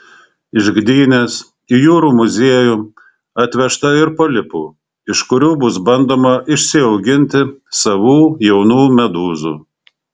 iš gdynės į jūrų muziejų atvežta ir polipų iš kurių bus bandoma išsiauginti savų jaunų medūzų